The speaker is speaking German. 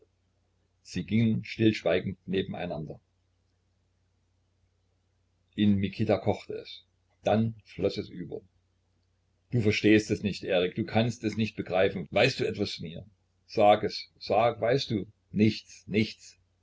sie gingen stillschweigend neben einander in mikita kochte es dann floß es über du verstehst es nicht erik du kannst es nicht begreifen weißt du etwas von ihr sag es sag weißt du nichts nichts